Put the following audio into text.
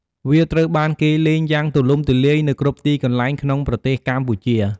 វាត្រូវបានគេលេងយ៉ាងទូលំទូលាយនៅគ្រប់ទីកន្លែងក្នុងប្រទេសកម្ពុជា។